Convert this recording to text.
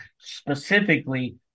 specifically